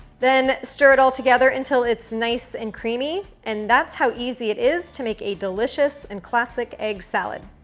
then, stir it all together until it's nice and creamy. and that's how easy it is to make a delicious and classic egg salad.